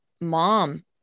mom